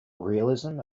realism